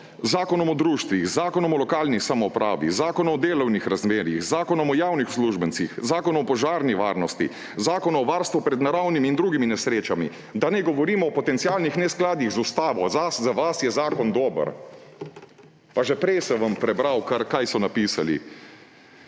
Zakonom o društvih, z Zakonom o lokalni samoupravi, z Zakonom o delovnih razmerjih, z Zakonom o javnih uslužbencih, Zakonom o varstvu pred požarom, Zakonom o varstvu pred naravnimi in drugimi nesrečami. Da ne govorim o potencialnih neskladjih z ustavo. Za vas je zakon dober. Pa že prej sem vam prebral, kaj so napisali.